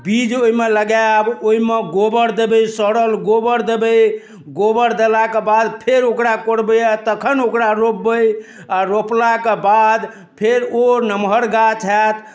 बीज ओइमे लगायब ओइमे गोबर देबै सड़ल गोबर देबै गोबर देलाके बाद फेर ओकरा कोड़बै आओर तखन ओकरा रोपबै आओर रोपलाके बाद फेर ओ नमहर गाछ होयत